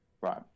Right